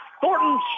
Thornton